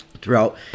throughout